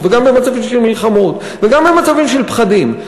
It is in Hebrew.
וגם במצבים של מלחמות וגם במצבים של פחדים,